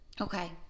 Okay